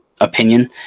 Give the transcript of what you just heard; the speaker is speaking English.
opinion